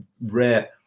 rare